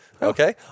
Okay